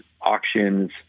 auctions